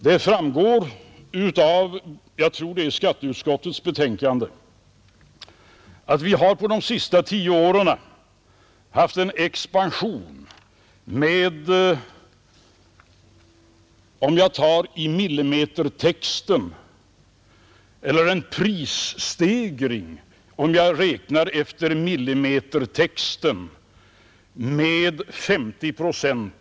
Det framgår av skatteutskottets betänkande att vi på de senaste tio åren har haft en prisstegring på annonser, räknat efter millimeter text, med 50 procent.